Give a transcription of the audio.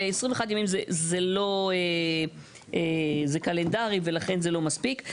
21 ימים זה לא, זה קלנדרי, ולכן זה לא מספיק.